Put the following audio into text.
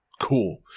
Cool